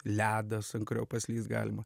ledas ant kurio paslyst galima